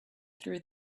through